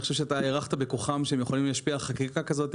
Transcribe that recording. אני חושב שהערכת בכוחם שהם יכולים להשפיע על חקיקה כזאת,